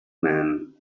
man